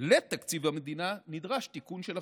לתקציב המדינה, נדרש תיקון של החוק.